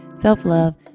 self-love